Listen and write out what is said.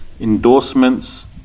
Endorsements